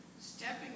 stepping